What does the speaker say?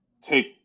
take